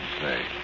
say